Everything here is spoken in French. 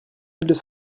mille